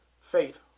faith